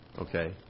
Okay